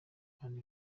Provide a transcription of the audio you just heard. abandi